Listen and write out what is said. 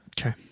Okay